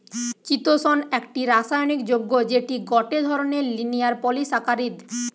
চিতোষণ একটি রাসায়নিক যৌগ্য যেটি গটে ধরণের লিনিয়ার পলিসাকারীদ